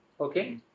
Okay